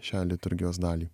šią liturgijos dalį